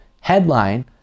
headline